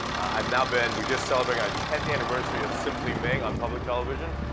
i've now been we're just celebrating our tenth anniversary of simply ming on public television,